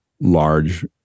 large